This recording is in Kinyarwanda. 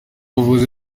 buvuzi